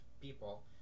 people